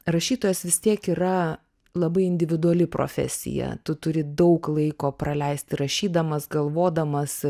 rašytojas vis tiek yra labai individuali profesija tu turi daug laiko praleisti rašydamas galvodamas